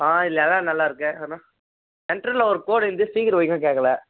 ஆ இதில் அதுதான் நல்லாயிருக்கு ஆனால் சென்டரில் ஒரு கோடு இருக்குது ஸ்பீக்கர் ஒழுங்கா கேட்கல